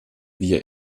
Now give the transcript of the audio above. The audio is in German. via